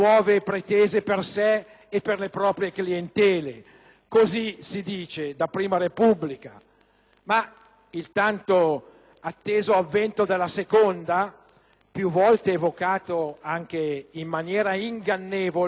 Ma il tanto atteso avvento della Seconda, più volte evocato in maniera ingannevole, solo ora comincia a manifestarsi seriamente con i segni di un cambiamento,